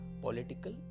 political